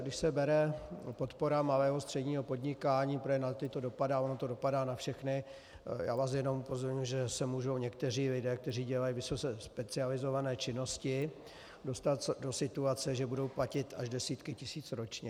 Když se bere podpora malého, středního podnikání, protože na ty to dopadá, ono to dopadá na všechny, já vás jenom upozorňuji, že se můžou někteří lidé, kteří dělají vysoce specializované činnosti, dostat do situace, že budou platit až desítky tisíc ročně.